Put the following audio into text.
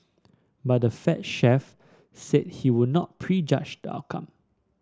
but the Fed chief said he would not prejudge the outcome